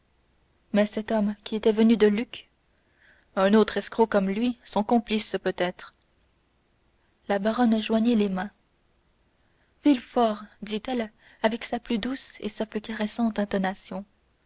mais cet homme qui était venu de lucques un autre escroc comme lui son complice peut-être la baronne joignit les mains villefort dit-elle avec sa plus douce et sa plus caressante intonation